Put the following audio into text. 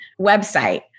website